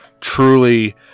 truly